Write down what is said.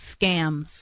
scams